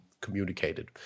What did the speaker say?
communicated